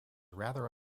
rather